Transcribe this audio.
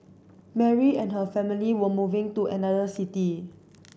Mary and her family were moving to another city